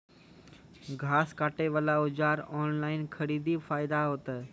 घास काटे बला औजार ऑनलाइन खरीदी फायदा होता?